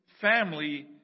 family